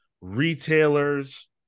retailers